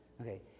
Okay